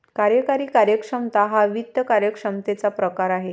कार्यकारी कार्यक्षमता हा वित्त कार्यक्षमतेचा प्रकार आहे